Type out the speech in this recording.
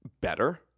better